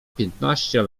piętnaście